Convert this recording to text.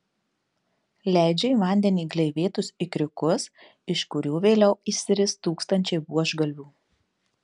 leidžia į vandenį gleivėtus ikriukus iš kurių vėliau išsiris tūkstančiai buožgalvių